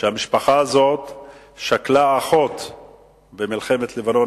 המשפחה הזו שכלה אחות במלחמת לבנון